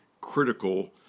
critical